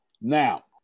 now